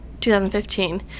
2015